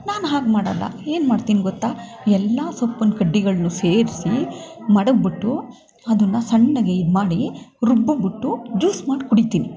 ನಾನು ಹಾಗೆ ಮಾಡೋಲ್ಲ ಏನ್ಮಾಡ್ತೀನಿ ಗೊತ್ತಾ ಎಲ್ಲ ಸೊಪ್ಪಿನ ಕಡ್ಡಿಗಳನ್ನೂ ಸೇರಿಸಿ ಮಡಗ್ಬಿಟ್ಟು ಅದನ್ನು ಸಣ್ಣಗೆ ಇದು ಮಾಡಿ ರುಬ್ಬಿಬಿಟ್ಟು ಜ್ಯೂಸ್ ಮಾಡಿ ಕುಡಿತೀನಿ